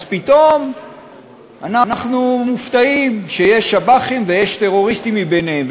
אז פתאום אנחנו מופתעים שיש שב"חים ויש טרוריסטים ביניהם.